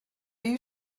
you